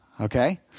Okay